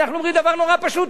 אנחנו אומרים דבר נורא פשוט,